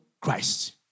Christ